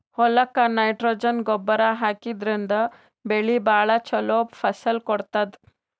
ಹೊಲಕ್ಕ್ ನೈಟ್ರೊಜನ್ ಗೊಬ್ಬರ್ ಹಾಕಿದ್ರಿನ್ದ ಬೆಳಿ ಭಾಳ್ ಛಲೋ ಫಸಲ್ ಕೊಡ್ತದ್